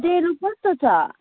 डेलो कस्तो छ